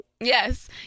yes